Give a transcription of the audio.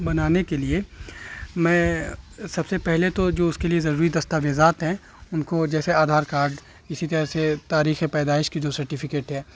بنانے کے لیے میں سب سے پہلے تو جو اس کے لیے ضروری دستاویزات ہیں ان کو جیسے آدھار کارڈ اسی طرح سے تاریخ پیدائش کی جو سرٹیفکیٹ ہے